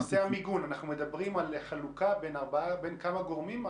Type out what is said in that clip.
אנחנו --- בנושא המיגון אנחנו מדברים על חלוקה בין כמה גורמים.